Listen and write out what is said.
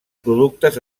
productes